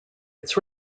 its